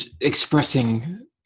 expressing